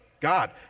God